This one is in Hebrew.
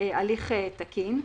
הליך תקין.